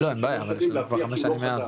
בטחון,